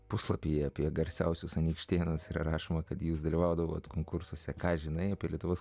puslapyje apie garsiausius anykštėnas rašoma kad jūs dalyvaudavote konkursuose ką žinai apie lietuvos